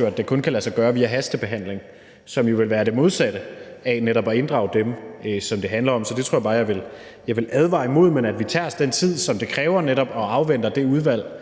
hvor det kun kan lade sig gøre via hastebehandling, som jo ville være det modsatte af netop at inddrage dem, som det handler om. Så det tror jeg bare jeg vil advare imod, men foreslå, at vi tager os den tid, som det kræver, og netop afventer det udvalg